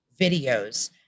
videos